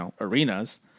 arenas